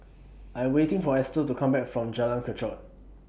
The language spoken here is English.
I'm waiting For Estel to Come Back from Jalan Kechot